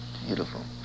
Beautiful